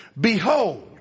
Behold